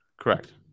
Correct